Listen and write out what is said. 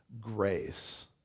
grace